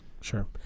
Sure